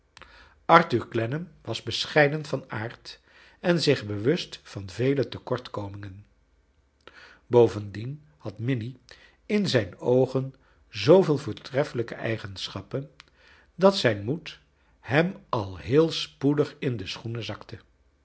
arthur clennam was bescheiden van aard en zich bewust van vele tekoitkomingen bovendien had minnie in zijn oogen zooveel voortreffelijke eigenschappcn dat zijn moed hem ai heel spoedig in de schoenen zakte